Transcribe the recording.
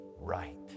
right